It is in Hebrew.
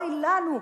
אוי לנו.